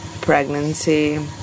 pregnancy